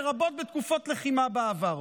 לרבות בתקופות לחימה בעבר: